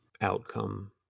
outcome